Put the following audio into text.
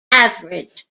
average